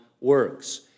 works